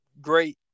great